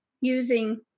using